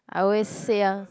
I always say ah